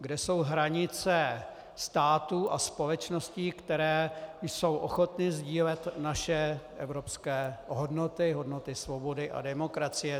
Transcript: kde jsou hranice států a společností, které jsou ochotny sdílet naše evropské hodnoty, hodnoty svobody a demokracie.